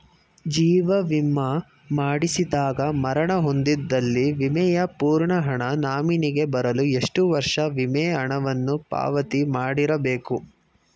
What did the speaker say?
ಜೀವ ವಿಮಾ ಮಾಡಿಸಿದಾಗ ಮರಣ ಹೊಂದಿದ್ದಲ್ಲಿ ವಿಮೆಯ ಪೂರ್ಣ ಹಣ ನಾಮಿನಿಗೆ ಬರಲು ಎಷ್ಟು ವರ್ಷ ವಿಮೆ ಹಣವನ್ನು ಪಾವತಿ ಮಾಡಿರಬೇಕು?